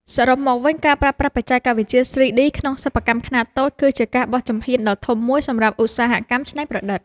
សរុបមកវិញការប្រើប្រាស់បច្ចេកវិទ្យា 3D ក្នុងសិប្បកម្មខ្នាតតូច គឺជាការបោះជំហានដ៏ធំមួយសម្រាប់ឧស្សាហកម្មច្នៃប្រឌិត។